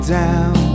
down